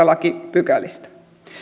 lakipykälistä